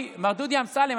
מר דודו אמסלם,